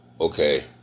okay